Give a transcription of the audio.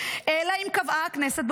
אלא אם קבעה הכנסת,